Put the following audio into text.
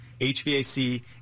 HVAC